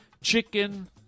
chicken